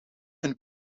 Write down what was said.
een